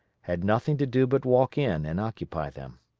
had nothing to do but walk in and occupy them.